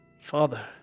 Father